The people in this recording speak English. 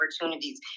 opportunities